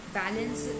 balance